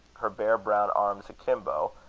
her bare brown arms akimbo,